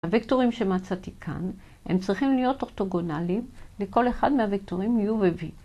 הוקטורים שמצאתי כאן הם צריכים להיות אופטוגונליים לכל אחד מהוקטורים U ו-V